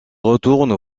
retourne